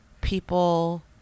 people